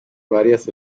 varias